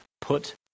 put